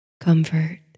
comfort